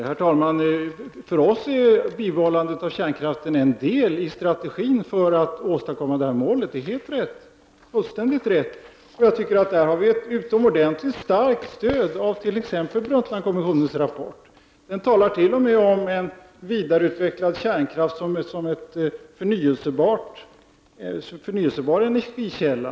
Herr talman! För oss moderater är bibehållandet av kärnkraften en del av strategin för att åstadkomma ett uppfyllande av målet. Det är helt rätt. Där har vi ett utomordentligt starkt stöd av t.ex. Brundtlandkommissionens rapport. Rapporten talar t.o.m. om en vidareutvecklad kärnkraft som förnybar energikälla.